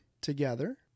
together